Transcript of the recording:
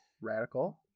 Radical